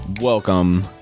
Welcome